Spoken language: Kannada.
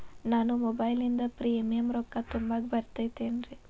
ನಾನು ಮೊಬೈಲಿನಿಂದ್ ಪ್ರೇಮಿಯಂ ರೊಕ್ಕಾ ತುಂಬಾಕ್ ಬರತೈತೇನ್ರೇ?